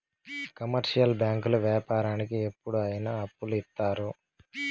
commercial బ్యాంకులు వ్యాపారానికి ఎప్పుడు అయిన అప్పులు ఇత్తారు